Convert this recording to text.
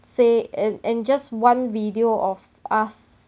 say and and just one video of us